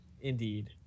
Indeed